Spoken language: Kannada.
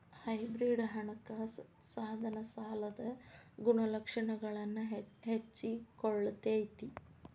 ಹೈಬ್ರಿಡ್ ಹಣಕಾಸ ಸಾಧನ ಸಾಲದ ಗುಣಲಕ್ಷಣಗಳನ್ನ ಹಂಚಿಕೊಳ್ಳತೈತಿ